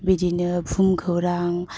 बिदिनो भुमखौरां